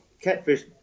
catfish